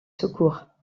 secours